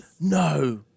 No